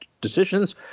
decisions